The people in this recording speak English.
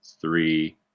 three –